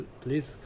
please